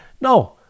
No